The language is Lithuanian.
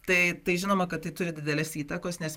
tai tai žinoma kad tai turi didelės įtakos nes